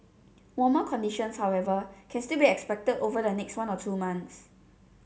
warmer conditions however can still be expected over the next one or two months